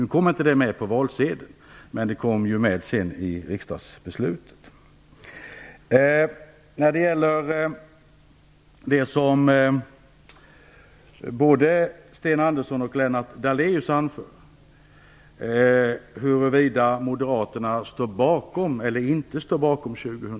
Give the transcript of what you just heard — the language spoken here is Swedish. Den kom inte med på valsedeln, men den kom med i riksdagsbeslutet efteråt. Både Sten Andersson och Lennart Daléus talar om huruvida Moderaterna står bakom 2010 som slutpunkt eller ej.